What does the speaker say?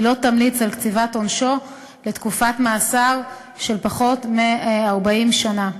היא לא תמליץ על קציבת עונשו לתקופת מאסר של פחות מ-40 שנה.